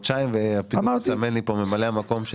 חודשיים ואפילו מסמן לי כאן ממלא המקום של